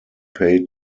pay